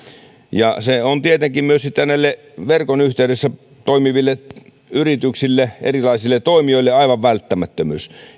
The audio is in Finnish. ja se on tietenkin myös sitten näille verkon yhteydessä toimiville yrityksille erilaisille toimijoille aivan välttämättömyys